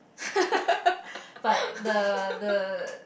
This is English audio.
but the the